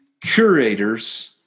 curators